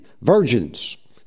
virgins